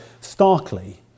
starkly